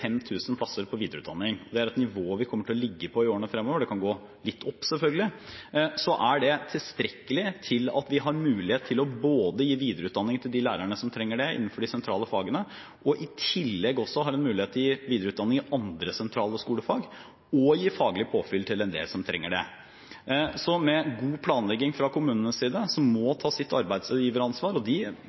plasser på videreutdanning, og det er et nivå vi kommer til å ligge på i årene fremover – det kan selvfølgelig gå litt opp – så er det tilstrekkelig til at vi har mulighet til både å gi videreutdanning til de lærerne som trenger det, innenfor de sentrale fagene, og i tillegg også har en mulighet til å gi videreutdanning i andre sentrale skolefag, og gi faglig påfyll til en del som trenger det. Så med god planlegging fra kommunenes side – de må ta sitt arbeidsgiveransvar, og de